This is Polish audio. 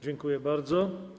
Dziękuję bardzo.